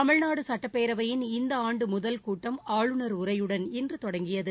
தமிழ்நாடு சட்டப்பேரவையின் இந்த ஆண்டு முதல் கூட்டம் ஆளுநர் உரையுடன் இன்று தொடங்கியது